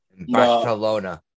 Barcelona